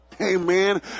Amen